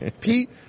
Pete